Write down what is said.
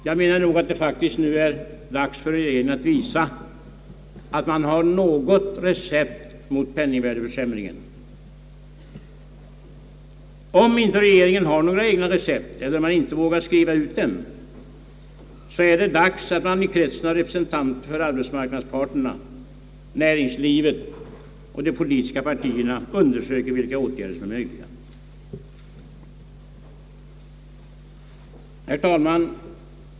Det är nu faktiskt dags för regeringen att visa, att den har något recept mot penningvärdeförsämringen. Om «inte regeringen har några egna recept eller inte vågar skriva ut dem är det dags att i kretsen av representanter för arbetsmarknadsparterna, näringslivet och de politiska partierna undersöka vilka åtgärder som är möjliga. Herr talman!